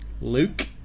Luke